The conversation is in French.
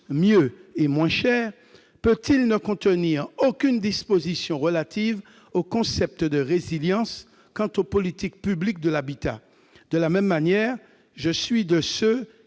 mieux et moins cher » peut-il ne contenir aucune disposition relative au concept de résilience quant aux politiques publiques de l'habitat ? De la même manière, je suis de ceux